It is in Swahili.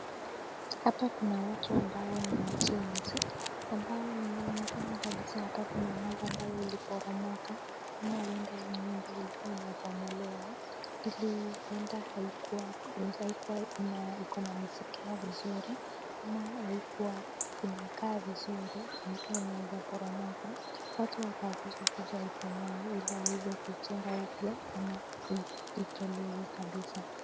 Hapa kuna watu ambao ni wajenzi, ambao inaonekana kuna nyumba ambayo iliporomoka ama huenda iyo nyumba ilikua inabomolewa, ili huenda haikua imeshika vizuri ama haikua inakaa vizuri, ilikua inaweza poromoka, watu wakaagizwa wakuje waibomoe ili waweze kuujenga upya ama itolewe kabisa.